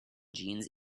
jeans